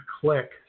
click